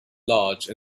large